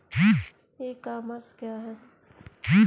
ई commerce क्या है?